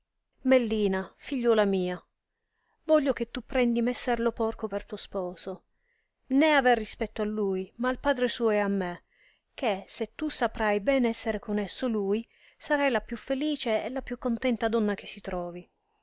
meldina figliuola mia voglio che tu prendi messer lo porco per tuo sposo né aver rispetto a lui ma al padre suo e a me che se tu saprai ben esser con esso lui sarai la più felice e la più contenta donna che si trovi